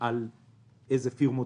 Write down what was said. איזה פירמות